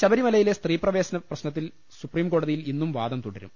ശബരിമലയിലെ സ്ത്രീപ്രവേശന പ്രശ്നത്തിൽ സുപ്രീംകോ ടതിയിൽ ഇന്നും വാദം തുടരും